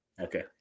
Okay